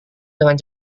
dengan